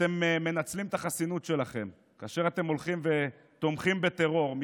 אתם מנצלים את החסינות שלכם כאשר אתם הולכים ותומכים בטרור,